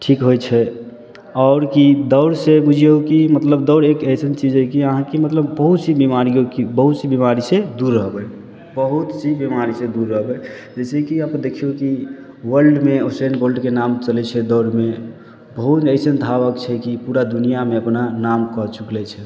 ठीक होइ छै आओर कि दौड़से बुझिऔ कि मतलब दौड़ एक अइसन चीज हइ कि अहाँ कि मतलब बहुत सी बीमारिओ कि बहुत सी बीमारीसे दूर रहबै बहुत सी बीमारीसे दूर रहबै जइसेकि आब देखिऔ कि वर्ल्डमे उसैन बोल्टके नाम चलै छै दौड़मे बहुत अइसन धावक छै कि पूरा दुनिआमे अपना नाम कऽ चुकलै छै